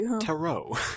tarot